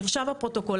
נרשם בפרוטוקול.